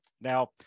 Now